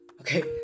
okay